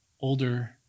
older